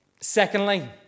Secondly